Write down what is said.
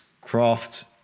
craft